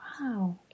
wow